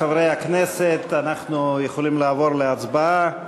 חברי הכנסת, אנחנו יכולים לעבור להצבעה.